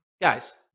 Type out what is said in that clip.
Guys